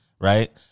Right